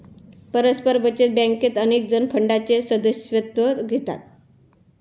परस्पर बचत बँकेत अनेकजण फंडाचे सदस्यत्व घेतात